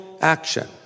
Action